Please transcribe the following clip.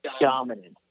dominant